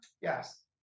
yes